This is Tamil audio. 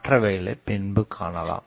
மற்றவைகளை பின்பு காணலாம்